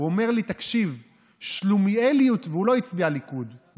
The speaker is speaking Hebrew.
והוא לא הצביע ליכוד,